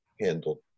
handled